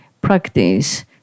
practice